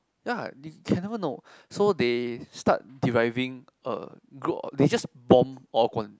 ya you can never know so they start deriving a group of they just bomb all